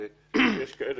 שיש כאלה